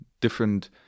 different